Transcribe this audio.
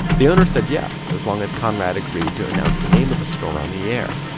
the owner said yes, as long as conrad agreed to announce the name of the store on the air.